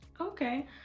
okay